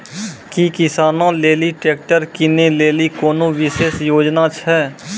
कि किसानो लेली ट्रैक्टर किनै लेली कोनो विशेष योजना छै?